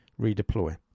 redeploy